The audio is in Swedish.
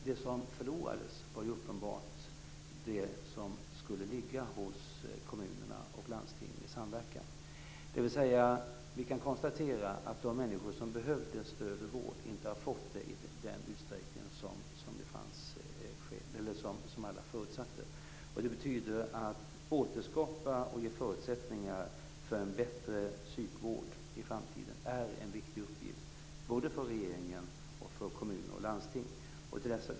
Det som förlorades var ju uppenbart det som skulle ligga hos kommunerna och landstingen i samverkan. Vi kan alltså konstatera att de människor som behövde stöd och vård inte har fått det i den utsträckning som alla förutsatte. Att återskapa och ge förutsättningar för en bättre psykvård i framtiden är därför en viktig uppgift både för regeringen och för kommuner och landsting.